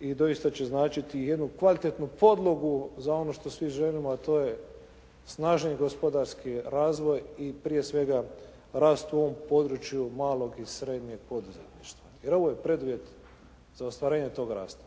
i doista će značiti jednu kvalitetnu podlogu za ono što svi želimo, a to je snažniji gospodarski razvoj i prije svega rast u ovom području malog i srednjeg poduzetništva. Jer ovo je preduvjet za ostvarenje tog rasta.